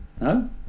No